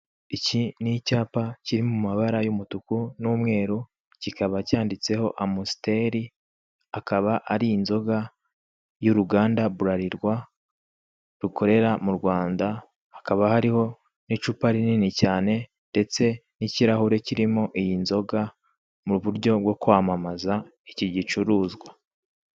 Iki ni icyapa kiri mu mabara y'umutuku n,umweru kikaba cyanditseho Amusiteri, akaba ari inzoga y'uruganda Burarirwa rukorera mu rwanda. Hakaba hariho n'icupa rinini cyane ndetse n'ikirahure kirimo iyi inzoga mu buryo bwo kwanamaza iki gicuruzwa.